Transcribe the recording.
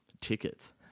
tickets